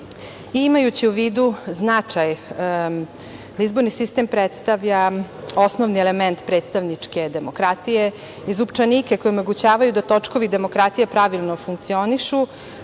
zakona. Imajući u vidu značaj da izborni sistem predstavlja osnovni element predstavničke demokratije i zupčanike koji omogućavaju da točkovi demokratije pravilno funkcionišu,